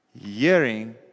Hearing